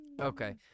okay